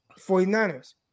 49ers